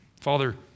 Father